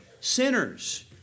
sinners